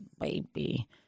baby